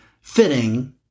fitting